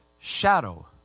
shadow